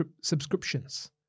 subscriptions